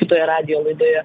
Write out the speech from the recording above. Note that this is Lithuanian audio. kitoje radijo laidoje